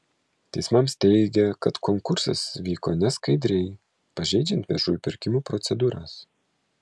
teismams teigė kad konkursas vyko neskaidriai pažeidžiant viešųjų pirkimų procedūras